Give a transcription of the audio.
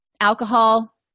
alcohol